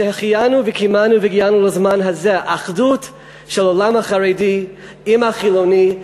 שהחיינו וקיימנו והגיענו לזמן הזה אחדות של העולם החרדי עם החילוני.